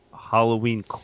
Halloween